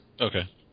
Okay